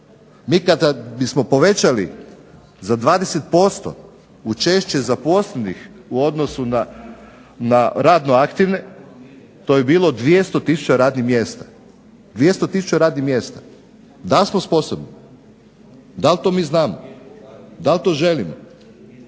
Mi kada bismo povećali za 20% učešće zaposlenih u odnosu na radno aktivne to bilo 200 tisuća radnih mjesta. 200 tisuća radnih mjesta. Dal smo sposobni, dal to mi znamo, dal to želimo.